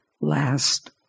last